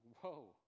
whoa